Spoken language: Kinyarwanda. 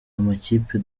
amakipe